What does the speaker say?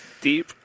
Deep